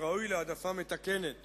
שראוי להעדפה מתקנת